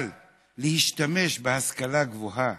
אבל להשתמש בהשכלה גבוהה